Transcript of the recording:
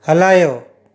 हलायो